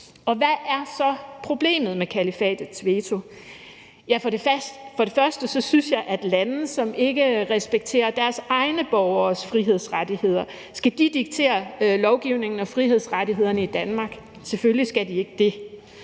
Hvad er så problemet med kalifatets veto? For det første kan man spørge, om lande, som ikke respekterer deres egne borgeres frihedsrettigheder, skal diktere lovgivningen og frihedsrettighederne i Danmark. Selvfølgelig skal de ikke det.